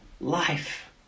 life